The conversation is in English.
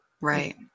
right